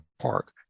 park